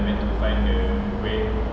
mean